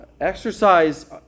exercise